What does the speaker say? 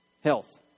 health